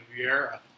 Vieira